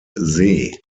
see